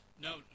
No